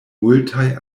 multaj